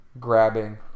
grabbing